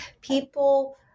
people